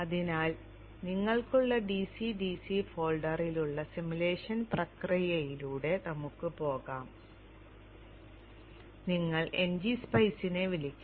അതിനാൽ നിങ്ങൾക്കുള്ള DC DC ഫോൾഡറിലുള്ള സിമുലേഷൻ പ്രക്രിയയിലൂടെ നമുക്ക് പോകാം നിങ്ങൾ ngSpice നെ വിളിക്കണം